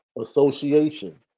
association